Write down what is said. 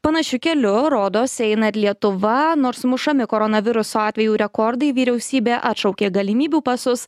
panašiu keliu rodos eina ir lietuva nors mušami koronaviruso atvejų rekordai vyriausybė atšaukė galimybių pasus